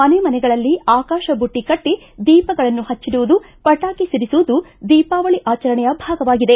ಮನೆ ಮನೆಗಳಲ್ಲಿ ಆಕಾಶ ಬುಟ್ಟ ಕಟ್ಟ ದೀಪಗಳನ್ನು ಹಚ್ಚಿಡುವುದು ಪಟಾಕಿ ಸಿಡಿಸುವುದು ದೀಪಾವಳಿ ಆಚರಣೆಯ ಭಾಗವಾಗಿದೆ